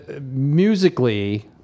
musically